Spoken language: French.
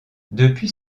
depuis